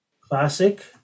Classic